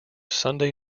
sunday